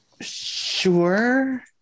Sure